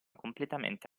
completamente